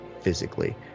physically